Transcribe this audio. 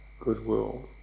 goodwill